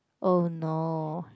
oh no